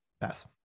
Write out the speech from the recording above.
pass